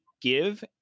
give